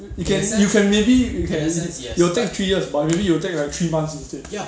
you can you can maybe you can it will take three years but maybe it will take like three months instead